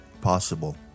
possible